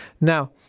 Now